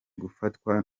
gufatwa